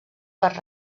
per